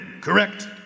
correct